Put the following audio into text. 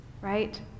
right